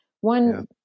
one